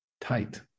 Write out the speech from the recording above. Tight